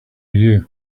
you